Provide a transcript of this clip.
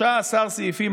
13 סעיפים,